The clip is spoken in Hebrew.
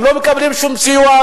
הם לא מקבלים שום סיוע,